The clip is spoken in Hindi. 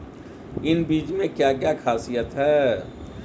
इन बीज में क्या क्या ख़ासियत है?